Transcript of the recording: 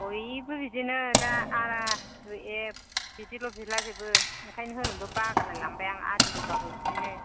बयबो बिदिनो दा आरा दुइ एक बिदिल' बिलाजोबो ओंखायनो होनोबो बागारलाय लांबाय आं आदि होबाबो बिदिनो